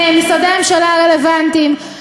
עם משרדי הממשלה הרלוונטיים,